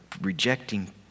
Rejecting